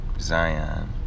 Zion